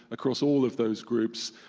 across all of those groups,